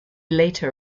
later